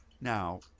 now